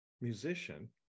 musician